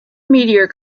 meteor